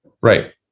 Right